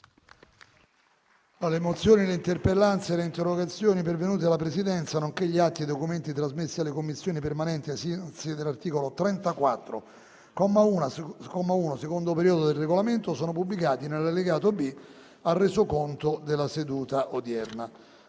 Le mozioni, le interpellanze e le interrogazioni pervenute alla Presidenza, nonché gli atti e i documenti trasmessi alle Commissioni permanenti ai sensi dell'articolo 34, comma 1, secondo periodo, del Regolamento sono pubblicati nell'allegato B al Resoconto della seduta odierna.